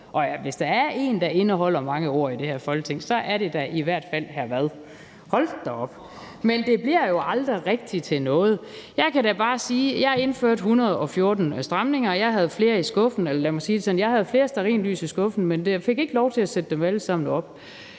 hvis der er en, der indeholder mange ord i det her Folketing, så er det da i hvert fald hr. Frederik Vad. Hold da op! Men det bliver jo aldrig rigtig til noget. Jeg kan da bare sige, at jeg indførte 114 stramninger, og jeg havde flere i skuffen. Eller lad mig sige det sådan,